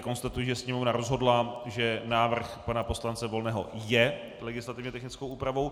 Konstatuji tedy, že Sněmovna rozhodla, že návrh pana poslance Volného je legislativně technickou úpravou.